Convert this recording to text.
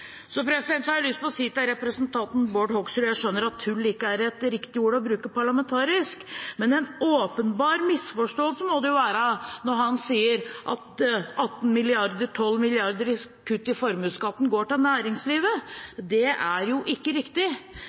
Så har jeg lyst til å si til representanten Bård Hoksrud – jeg skjønner at «tull» ikke er et riktig parlamentarisk ord å bruke – at det må være en åpenbar misforståelse når han sier at 18 mrd. kr, 12 mrd. kr i kutt i formuesskatten går til næringslivet. Det er ikke riktig.